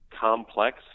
complex